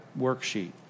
worksheet